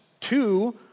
two